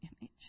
image